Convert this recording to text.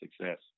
success